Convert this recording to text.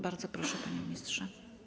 Bardzo proszę, panie ministrze.